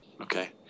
okay